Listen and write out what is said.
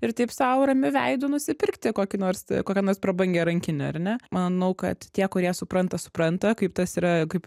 ir taip sau ramiu veidu nusipirkti kokį nors kokią nors prabangią rankinę ar ne manau kad tie kurie supranta supranta kaip tas yra kaip